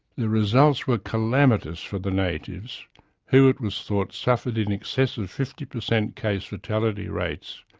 the results were calamitous for the natives who, it was thought suffered in excess of fifty percent case fatality rates,